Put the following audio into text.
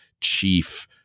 chief